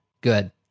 good